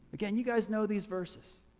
again you guys know these verses.